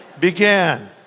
began